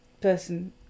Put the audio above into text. person